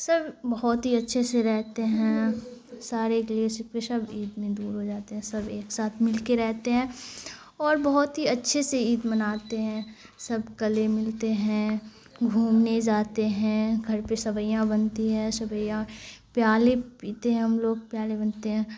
سب بہت ہی اچھے سے رہتے ہیں سارے گلے شکوے سب عید میں دور ہو جاتے ہیں سب ایک ساتھ مل کے رہتے ہیں اور بہت ہی اچھے سے عید مناتے ہیں سب گلے ملتے ہیں گھومنے جاتے ہیں گھر پہ سویاں بنتی ہیں سویاں پیالے پیتے ہیں ہم لوگ پیالے بنتے ہیں